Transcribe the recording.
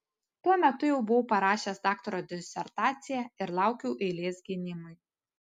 tuo metu jau buvau parašęs daktaro disertaciją ir laukiau eilės gynimui